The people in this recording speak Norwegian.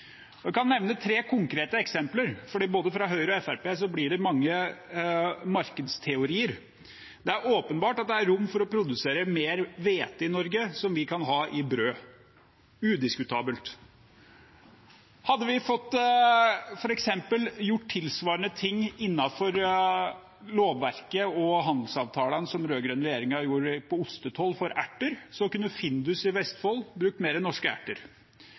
Jeg kan nevne tre konkrete eksempler, for både fra Høyre og fra Fremskrittspartiet blir det mange markedsteorier. Det er åpenbart at det er rom for å produsere mer hvete i Norge, som vi kan ha i brød – udiskutabelt. Hadde vi f.eks. fått gjort tilsvarende ting innenfor lovverket og handelsavtalene som den rød-grønne regjeringen gjorde på ostetoll, for erter, kunne Findus i Vestfold brukt mer av norske erter.